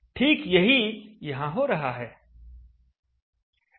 ठीक यही यहां हो रहा है